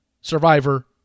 survivor